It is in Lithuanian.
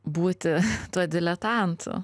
būti tuo diletantu